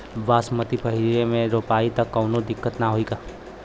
बासमती पलिहर में रोपाई त कवनो दिक्कत ना होई न?